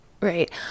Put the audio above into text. right